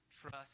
trust